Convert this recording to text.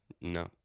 No